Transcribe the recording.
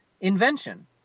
invention